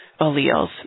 alleles